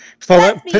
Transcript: follow